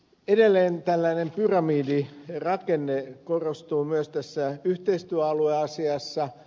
edelleen tällainen pyramidirakenne korostuu myös tässä yhteistyöalueasiassa